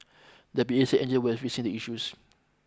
the P A said were fixing the issues